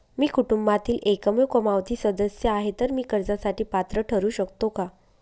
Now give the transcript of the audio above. मी कुटुंबातील एकमेव कमावती सदस्य आहे, तर मी कर्जासाठी पात्र ठरु शकतो का?